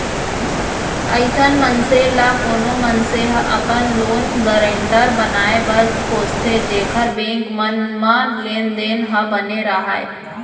अइसन मनसे ल कोनो मनसे ह अपन लोन गारेंटर बनाए बर खोजथे जेखर बेंक मन म लेन देन ह बने राहय